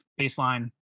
baseline